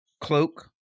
Cloak